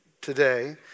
today